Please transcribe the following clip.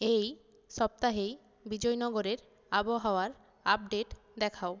এই সপ্তাহেই বিজয়নগরের আবহাওয়ার আপডেট দেখাও